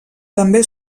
també